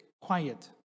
quiet